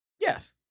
Yes